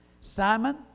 Simon